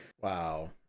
Wow